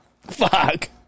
Fuck